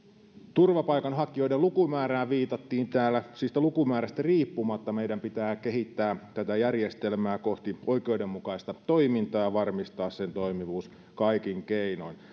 turvapaikanhakijoiden lukumäärään viitattiin täällä siitä lukumäärästä riippumatta meidän pitää kehittää tätä järjestelmää kohti oikeudenmukaista toimintaa ja varmistaa sen toimivuus kaikin keinoin